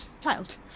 child